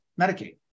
Medicaid